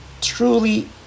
truly